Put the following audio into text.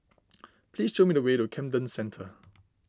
please show me the way to Camden Centre